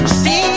see